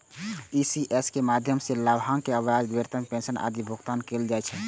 ECS के माध्यम सं लाभांश, ब्याज, वेतन, पेंशन आदिक भुगतान कैल जाइ छै